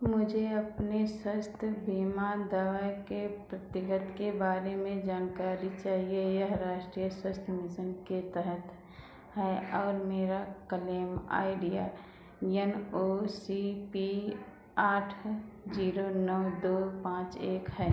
मुझे अपने स्वास्थ्य बीमा दवाएँ के प्रतिगत के बारे में जानकारी चाहिए यह राष्ट्रीय स्वास्थ्य मिशन के तहत है और मेरा claim ID N O C P आठ जीरो नौ दो पाँच एक है